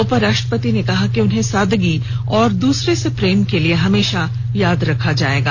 उपराष्ट्रपति ने कहा कि उन्हें सादगी और दूसरे से प्रेम करने के लिए हमेशा याद रखा जाएगा